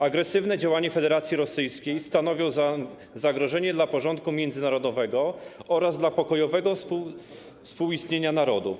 Agresywne działania Federacji Rosyjskiej stanowią zagrożenie dla porządku międzynarodowego oraz dla pokojowego współistnienia narodów.